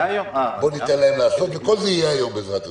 בוא ניתן להם לעשות וכל זה יהיה היום, בעזרת ה'.